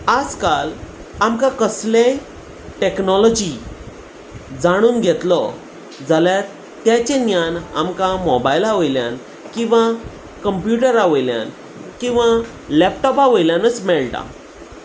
आज काल आमकां कसलेय टॅक्नोलॉजी जाणून घेतलो जाल्यार तेचें ज्ञान आमकां मोबायला वयल्यान किंवां कंम्प्युटरा वयल्यान किंवां लॅपटॉपा वयल्यानूच मेळटा